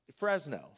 Fresno